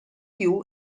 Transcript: più